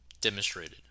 demonstrated